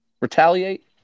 retaliate